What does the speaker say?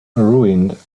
ruined